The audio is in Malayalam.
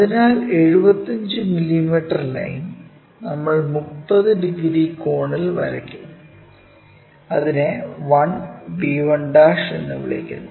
അതിനാൽ 75 മില്ലീമീറ്റർ ലൈൻ നമ്മൾ 30 ഡിഗ്രി കോണിൽ വരയ്ക്കും അതിനെ 1 b1 എന്ന് വിളിക്കുന്നു